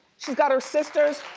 she's got her sisters.